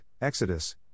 Exodus